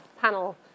panel